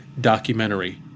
documentary